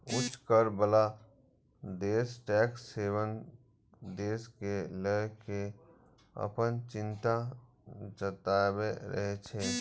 उच्च कर बला देश टैक्स हेवन देश कें लए कें अपन चिंता जताबैत रहै छै